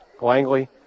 Langley